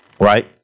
right